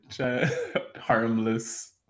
Harmless